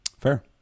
Fair